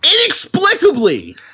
inexplicably